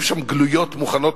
היו שם גלויות מוכנות,